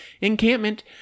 encampment